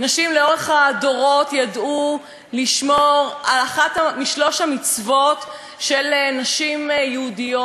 נשים לאורך הדורות ידעו לשמור על אחת משלוש המצוות של נשים יהודיות,